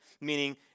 meaning